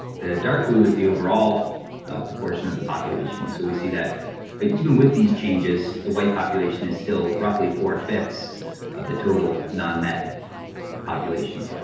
the dark blue is the overall proportion of the population. so we see that ah even with these changes, the white population is still roughly four five of the total non-met population.